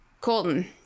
colton